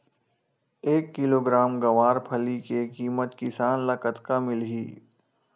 एक किलोग्राम गवारफली के किमत किसान ल कतका मिलही?